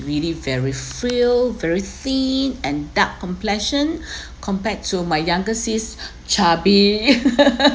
really very feral very thin and dark complexion compared to my younger sis chubby